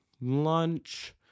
lunch